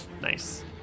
Nice